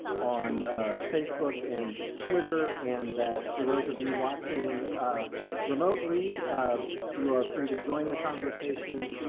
on facebook and twitter and that for those of you watching remotely you are free to join the conversation.